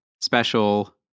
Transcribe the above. special